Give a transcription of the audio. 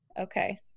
Okay